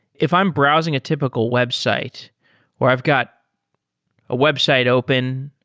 if i'm browsing a typical website or i've got a website open.